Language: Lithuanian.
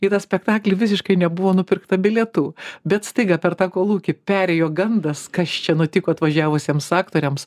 į tą spektaklį visiškai nebuvo nupirkta bilietų bet staiga per tą kolūkį perėjo gandas kas čia nutiko atvažiavusiems aktoriams